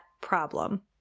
problem